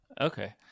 Okay